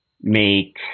make